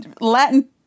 Latin